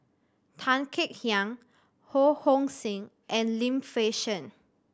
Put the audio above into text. Tan Kek Hiang Ho Hong Sing and Lim Fei Shen